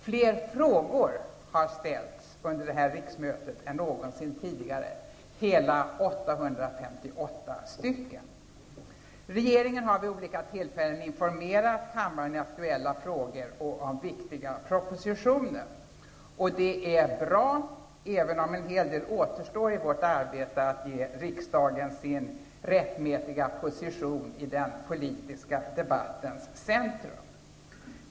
Fler frågor har ställts under det här riksmötet än någonsin tidigare, hela 858 stycken. Regeringen har vid olika tillfällen informerat kammaren i aktuella frågor och om viktiga propositioner. Det är bra, även om en hel del återstår i vårt arbete att ge riksdagen dess rättmätiga position i den politiska debattens centrum.